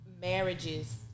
marriages